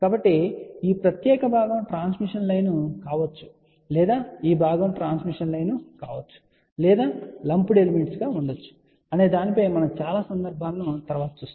కాబట్టి ఈ ప్రత్యేక భాగం ట్రాన్స్మిషన్ లైన్ కావచ్చు లేదా ఈ భాగం ట్రాన్స్మిషన్ లైన్ కావచ్చు లేదా లంపుడ్ ఎలిమెంట్స్ గా ఉండవచ్చు అనే దానిపై మనము చాలా సందర్భాలను తరువాత చూస్తాము